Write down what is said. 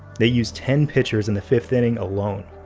they use ten pitchers in the fifth inning alone.